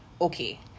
Okay